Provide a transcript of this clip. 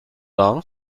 long